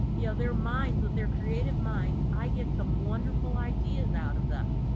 yeah their minds, but their creative minds, i get some wonderful ideas out of them.